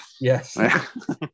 Yes